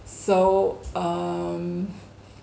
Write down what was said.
so um